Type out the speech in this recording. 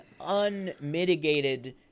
unmitigated